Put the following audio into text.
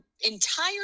entire